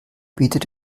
bietet